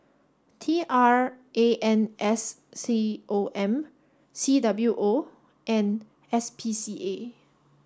T R A N S C O M C W O and S P C A